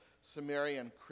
Sumerian